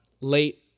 late